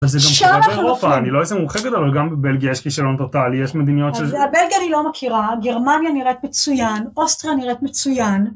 שאלה חלופה. אני לא איזה מומחה גדול, אבל גם בבלגיה יש כישלון טוטאלי, יש מדיניות שזה... אז בלגיה אני לא מכירה, גרמניה נראית מצוין, אוסטריה נראית מצוין.